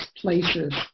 places